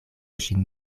ŝin